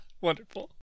Wonderful